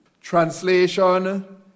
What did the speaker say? Translation